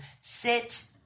sit